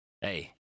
hey